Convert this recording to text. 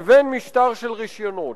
לבין משטר של רשיונות.